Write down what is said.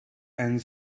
and